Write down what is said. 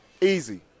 Easy